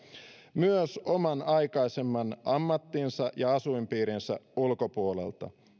myös oman aikaisemman ammattinsa ja asuinpiirinsä ulkopuolelta